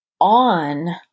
on